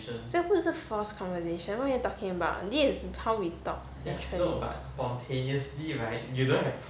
这个不是 forced conversation what you are talking about this is how we talk naturally